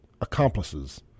accomplices